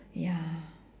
ya